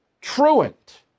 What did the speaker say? truant